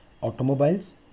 automobiles